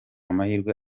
amahirwe